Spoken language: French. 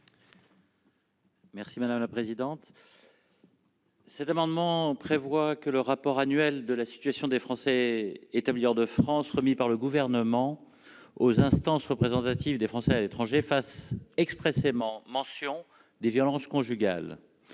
Merci madame la présidente. Cet amendement prévoit que le rapport annuel de la situation des Français établis hors de France, remis par le gouvernement aux instances représentatives des Français à l'étranger fasse expressément mention des violences conjugales